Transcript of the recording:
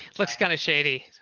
let's kind of shady.